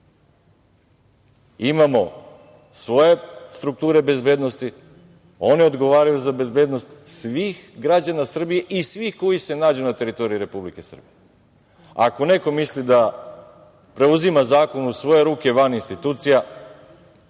svoje strukture bezbednosti, one odgovaraju za bezbednost svih građana Srbije i svih koji se nađu na teritoriji Republike Srbije. Ako neko misli da preuzima zakon u svoje ruke, van institucija,